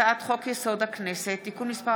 הצעת חוק-יסוד: הכנסת (תיקון מס'